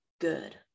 good